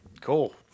Cool